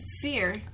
fear